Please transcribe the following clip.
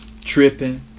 tripping